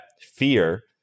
fear